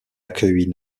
accueillit